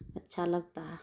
اچھا لگتا ہے